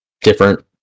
different